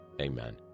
amen